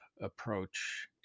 approach